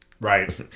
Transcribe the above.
Right